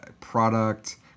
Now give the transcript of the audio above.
product